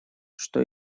что